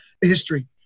history